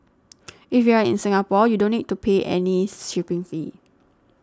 if you are in Singapore you don't need to pay any shipping fee